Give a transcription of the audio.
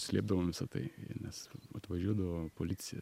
slėpdavom visa tai nes atvažiuodavo policija